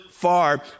far